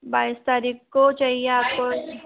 बाईस तारीख को चाहिए आपको